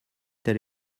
tel